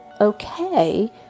okay